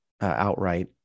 outright